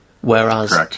Whereas